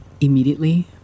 Immediately